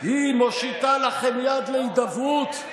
מושיטה לכם יד להידברות.